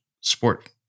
sport